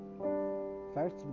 First